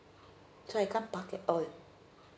so I can't park at all